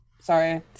sorry